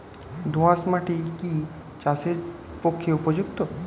দোআঁশ মাটি কি চাষের পক্ষে উপযুক্ত?